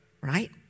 right